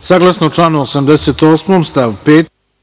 Saglasno članu 88. stav 5.